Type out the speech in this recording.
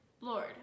Lord